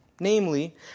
namely